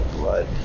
blood